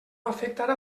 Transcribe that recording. afectarà